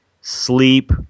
sleep